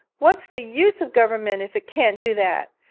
what's the use of government if it can't do that?